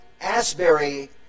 Asbury